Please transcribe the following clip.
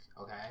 Okay